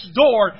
door